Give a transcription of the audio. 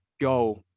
go